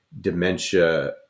dementia